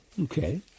Okay